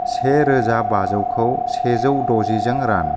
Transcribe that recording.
से रोजा बाजौखौ सेजौ द'जिजों रान